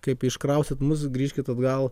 kaip iškraustyt mus grįžkit atgal